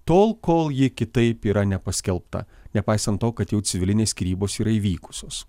tol kol ji kitaip yra nepaskelbta nepaisant to kad jau civilinės skyrybos yra įvykusios